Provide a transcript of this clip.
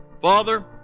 Father